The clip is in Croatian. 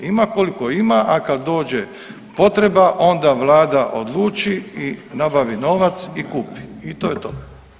Ima koliko ima, a kad dođe potreba onda vlada odluči i nabavi novac i kupi i to je to.